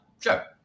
Sure